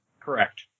Correct